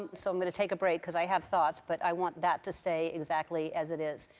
so i'm going to take a break, because i have thoughts. but i want that to stay exactly as it is.